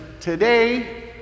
today